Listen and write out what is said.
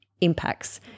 impacts